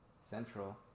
Central